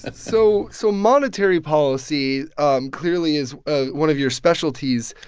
and so so monetary policy um clearly is ah one of your specialties.